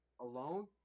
alone